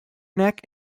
neck